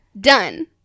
done